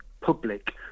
public